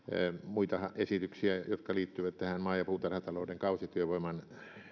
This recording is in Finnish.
muita esityksiä jotka liittyvät tähän maa ja puutarhatalouden kausityövoiman